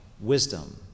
wisdom